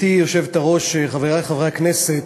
גברתי היושבת-ראש, חברי חברי הכנסת,